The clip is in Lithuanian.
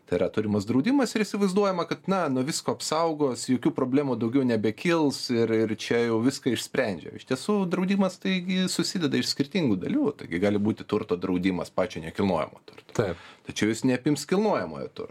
tai yra turimas draudimas ir įsivaizduojama kad na nuo visko apsaugos jokių problemų daugiau nebekils ir ir čia jau viską išsprendžia iš tiesų draudimas taigi susideda iš skirtingų dalių taigi gali būti turto draudimas pačio nekilnojamo turto tačiau jis neapims kilnojamojo turto